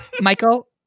Michael